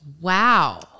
Wow